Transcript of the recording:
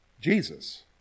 Jesus